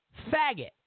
faggot